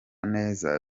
neza